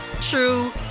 true